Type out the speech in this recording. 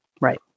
Right